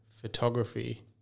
photography